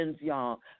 y'all